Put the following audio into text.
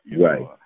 Right